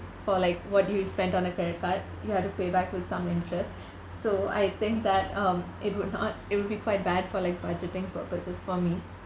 for like what do you spent on the credit card you have to pay back with some interest so I think that um it will not it will be quite bad for like budgeting purposes for me